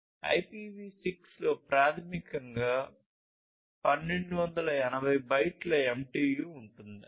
IPv6 లో ప్రాథమికంగా 1280 బైట్ల MTU ఉంటుంది అయితే 802